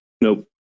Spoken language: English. nope